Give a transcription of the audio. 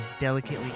delicately